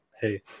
hey